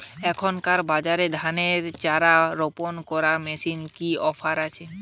এখনকার বাজারে ধানের চারা রোপন করা মেশিনের কি অফার আছে?